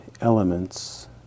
elements